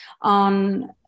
on